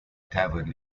tavern